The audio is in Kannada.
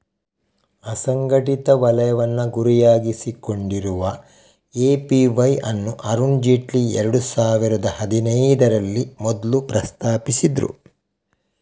ಅಸಂಘಟಿತ ವಲಯವನ್ನ ಗುರಿಯಾಗಿಸಿಕೊಂಡಿರುವ ಎ.ಪಿ.ವೈ ಅನ್ನು ಅರುಣ್ ಜೇಟ್ಲಿ ಎರಡು ಸಾವಿರದ ಹದಿನೈದರಲ್ಲಿ ಮೊದ್ಲು ಪ್ರಸ್ತಾಪಿಸಿದ್ರು